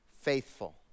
faithful